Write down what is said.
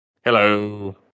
Hello